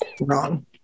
Wrong